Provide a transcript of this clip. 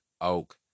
oak